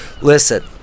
Listen